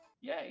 Yay